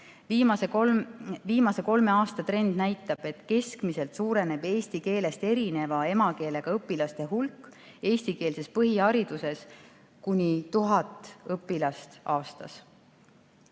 Viimase kolme aasta trend näitab, et keskmiselt suureneb eesti keelest erineva emakeelega õpilaste hulk eestikeelses põhihariduses kuni 1000 õpilase võrra